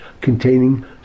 containing